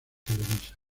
televisa